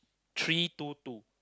three two two